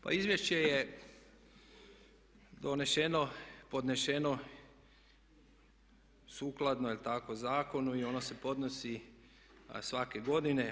Pa izvješće je doneseno, podneseno sukladno je li tako, zakonu i ono se podnosi svake godine.